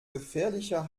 gefährlicher